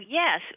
yes